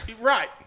Right